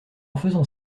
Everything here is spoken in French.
faisant